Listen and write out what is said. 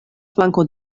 flanko